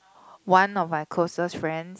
one of my closest friends